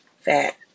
fat